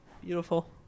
beautiful